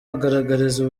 agaragariza